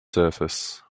surface